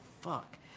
fuck